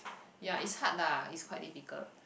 ya it's hard lah it's quite difficult